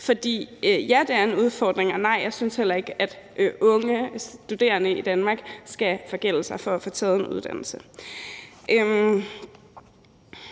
For ja, det er en udfordring, og nej, jeg synes heller ikke, at unge studerende i Danmark skal forgælde sig for at kunne tage en uddannelse.